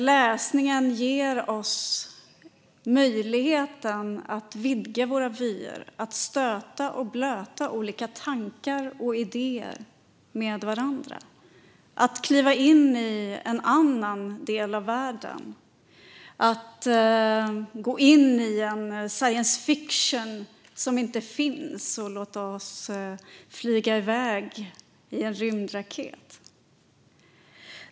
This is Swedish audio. Läsningen ger oss verkligen möjligheten att vidga våra vyer, att stöta och blöta olika tankar och idéer med varandra, att kliva in i en annan del av världen, att gå in i en science fiction som inte finns och låta oss flyga iväg i en rymdraket.